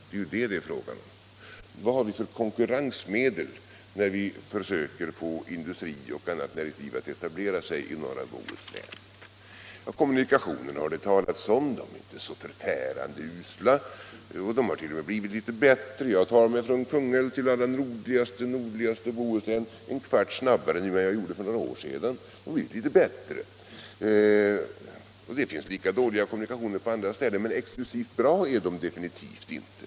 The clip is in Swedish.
Det är det frågan gäller. Vad har vi för konkurrensmedel när vi försöker få industri och annat näringsliv att etablera sig i norra Bohuslän? Kommunikationerna har det talats om. De är inte så förfärande usla, de hart.o.m. blivit litet bättre. Jag tar mig från Kungälv till allra nordligaste Bohuslän en kvart snabbare nu än jag gjorde för några år sedan. Det finns lika dåliga kommunikationer på andra ställen, men exklusivt bra är de definitivt inte.